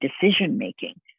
decision-making